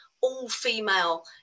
all-female